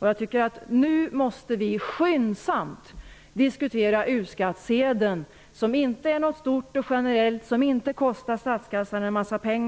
Jag tycker att vi nu skyndsamt måste diskutera U skattsedeln -- som inte är något stort och generellt och som inte kostar statskassan en massa pengar.